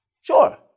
sure